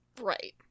Right